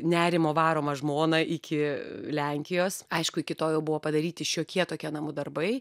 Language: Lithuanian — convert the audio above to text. nerimo varomą žmoną iki lenkijos aišku iki to jau buvo padaryti šiokie tokie namų darbai